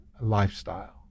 lifestyle